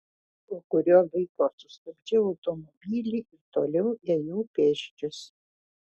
po kurio laiko sustabdžiau automobilį ir toliau ėjau pėsčias